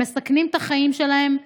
הם מסכנים את החיים שלהם ימים,